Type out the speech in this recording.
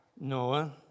Noah